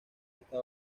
esta